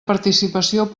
participació